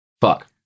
Fuck